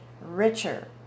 richer